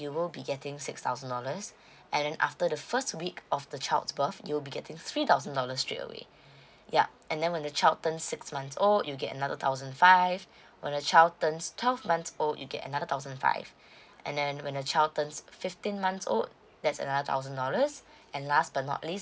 you will be getting six thousand dollars and then after the first week of the child's birthday you will be getting three thousand dollar straight away yup and then when the child turned six months old you get another thousand five when the child turns twelve months old you get another thousand five and then when the child is fifteen months old that's another thousand dollars and last but not least